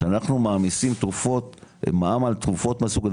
כשאנחנו מעמיסים תרופות מע"מ על תרופות מהסוג הזה,